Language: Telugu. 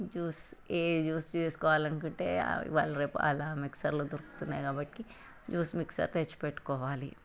జ్యూస్ ఏ జ్యూస్ చేసుకోవాలంటే అలా మిక్చర్లు దొరుకుతున్నాయి కాబట్టి జ్యూస్ మిక్చర్ తెచ్చి పెట్టుకోవాలి